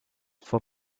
for